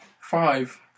five